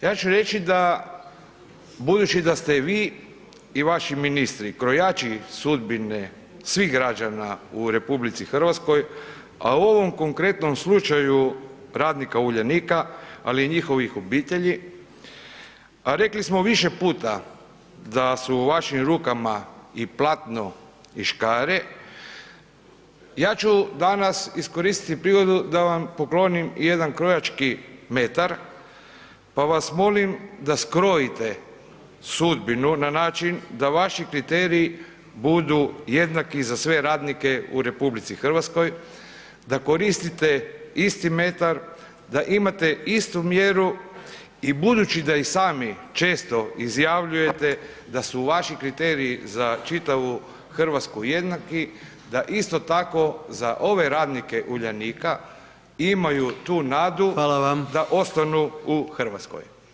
Ja ću reći da, budući da ste i vi i vaši ministri krojači sudbine svih građana u RH, a u ovom konkretnom slučaju radnika Uljanika, ali i njihovih obitelji, a rekli smo više puta da su u vašim rukama i platno i škare, ja ću danas iskoristiti prigodu da vam poklonim jedan krojački metar, pa vas molim da skrojite sudbinu na način da vaši kriteriji budu jednaki za sve radnike u RH, da koristite isti metar, da imate istu mjeru i budući da i sami često izjavljujete da su vaši kriteriji za čitavu RH jednaki, da isto tako za ove radnike Uljanika imaju tu nadu [[Upadica: Hvala vam]] da ostanu u RH.